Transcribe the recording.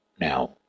Now